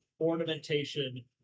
ornamentation